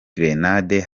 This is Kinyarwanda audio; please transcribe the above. gerenade